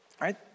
right